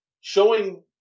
showing